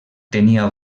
tenia